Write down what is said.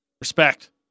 Respect